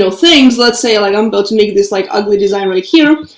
so things, let's say like i'm about to make this like ugly design right here.